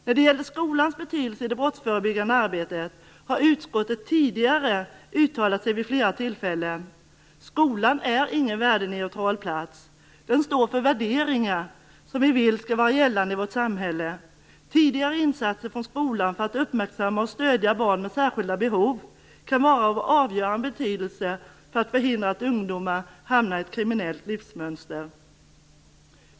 När det gäller skolans betydelse i det brottsförebyggande arbetet har utskottet tidigare uttalat sig vid flera tillfällen. Skolan är ingen värdeneutral plats. Den står för värderingar som vi vill skall vara gällande i vårt samhälle. Tidigare insatser från skolan för att man skall kunna uppmärksamma och stödja barn med särskilda behov kan vara av avgörande betydelse för att förhindra att ungdomar hamnar i ett kriminellt livsmönster.